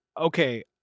Okay